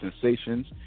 sensations